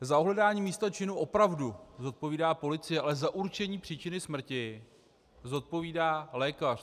Za ohledání místa činu opravdu zodpovídá policie, ale za určení příčiny smrti zodpovídá lékař.